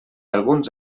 alguns